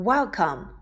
Welcome